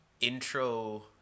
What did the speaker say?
intro